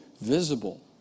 visible